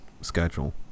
schedule